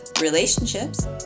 relationships